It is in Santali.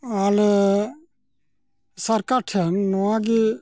ᱟᱞᱮ ᱥᱚᱨᱠᱟᱨᱴᱷᱮᱱ ᱱᱚᱣᱟᱜᱮ